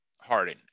Harden